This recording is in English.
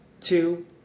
two